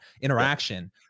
interaction